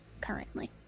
currently